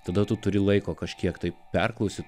tada tu turi laiko kažkiek tai perklausyt